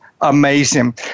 amazing